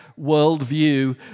worldview